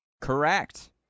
Correct